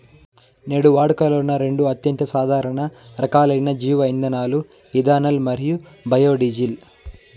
నేడు వాడుకలో ఉన్న రెండు అత్యంత సాధారణ రకాలైన జీవ ఇంధనాలు ఇథనాల్ మరియు బయోడీజిల్